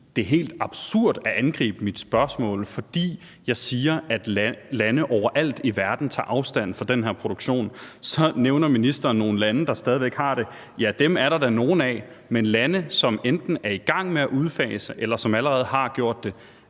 det er helt absurd at angribe mit spørgsmål, fordi jeg siger, at lande overalt i verden tager afstand fra den her produktion. Så nævner ministeren nogle lande, der stadig væk har det. Ja, dem er der da nogle af, men der er jo helt vildt mange lande, som enten er i gang med en udfasning, eller som allerede har gjort det.